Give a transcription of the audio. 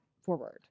forward